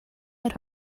had